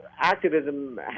activism